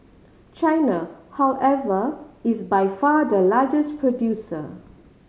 China however is by far the largest producer